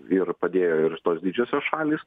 ir padėjo ir tos didžiosios šalys